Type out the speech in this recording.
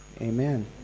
amen